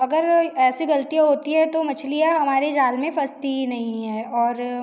अगर ऐसी ग़लतियाँ होती है तो मछलियाँ हमारी जाल में फंसती ही नहीं है और